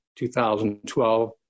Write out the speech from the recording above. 2012